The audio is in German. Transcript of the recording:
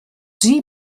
sie